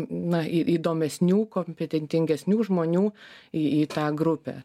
na į įdomesnių kompetentingesnių žmonių į tą grupę